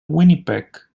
winnipeg